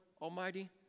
Almighty